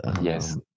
yes